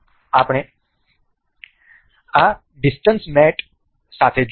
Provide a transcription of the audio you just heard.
આપણે આ ડીસ્ટન્સ મેટ સાથે જોઈશું